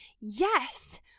Yes